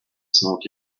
smoke